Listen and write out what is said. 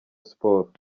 sports